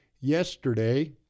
yesterday